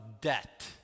debt